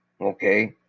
Okay